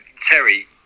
Terry